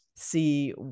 see